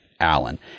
Allen